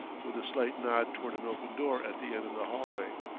with a slight nod toward an open door at the end of the hallway.